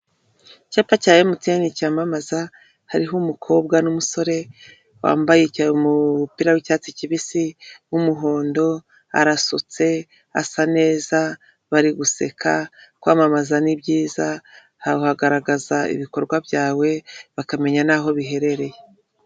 Icyapa cya emutiyene cyamamaza hariho umukobwa n'umusore wambaye umupira w'icyatsi kibisi nk'umuhondo arasutse asa neza bari guseka, kwamamaza ni byiza, bgaragaza ibikorwa byawe bakamenya n'aho biherereye.